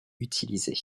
utilisé